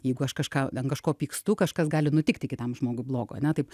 jeigu aš kažką ant kažko pykstu kažkas gali nutikti kitam žmogui blogo ane taip